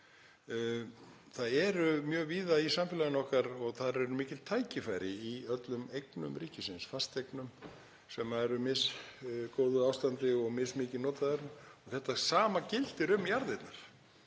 Það eru mjög víða í samfélaginu okkar mikil tækifæri í öllum eignum ríkisins, fasteignum sem eru í misgóðu ástandi og mismikið notaðar, og það sama gildir um jarðirnar.